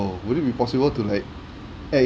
~ble would it be possible to like add in